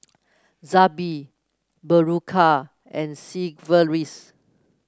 Zappy Berocca and Sigvaris